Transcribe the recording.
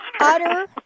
Utter